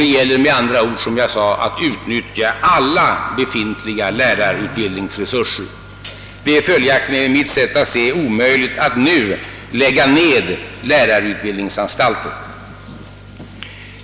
Det gäller med andra ord, som jag sade, att utnyttja alla befintliga lärarutbildningsresurser. Enligt mitt sätt att se är det följaktligen omöjligt att nu lägga ned lärarutbildningsanstalter.